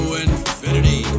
infinity